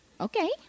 Okay